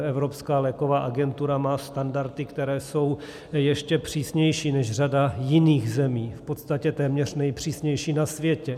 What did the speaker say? Evropská léková agentura má standardy, které jsou ještě přísnější než řada jiných zemí, v podstatě téměř nejpřísnější na světě.